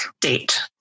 date